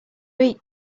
eat